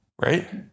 right